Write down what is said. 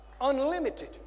Unlimited